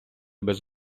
без